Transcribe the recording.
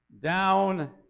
down